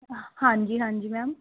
ਹਾਂਜੀ ਹਾਂਜੀ ਮੈਮ